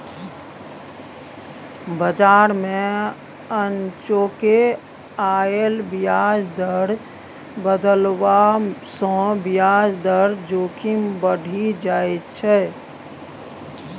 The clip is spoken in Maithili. बजार मे अनचोके आयल ब्याज दर बदलाव सँ ब्याज दर जोखिम बढ़ि जाइत छै